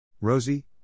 Rosie